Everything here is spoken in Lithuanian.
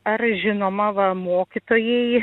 ar žinoma va mokytojai